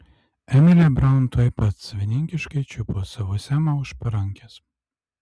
emilė braun tuoj pat savininkiškai čiupo savo semą už parankės